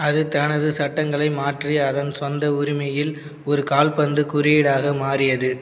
அது தனது சட்டங்களை மாற்றி அதன் சொந்த உரிமையில் ஒரு கால்பந்து குறியீடாக மாறியது